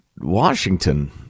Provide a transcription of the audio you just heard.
Washington